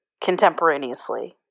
contemporaneously